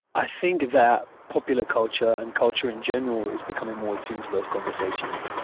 i think that popular culture and culture in general is becoming more attuned to those conversations.